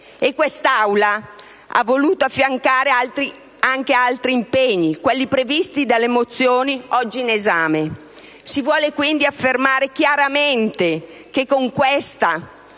Assemblea ha voluto affiancare anche altri impegni: quelli previsti dalle mozioni oggi in esame. Si vuole quindi affermare chiaramente che questa